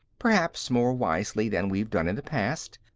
perhaps more wisely than we've done in the past.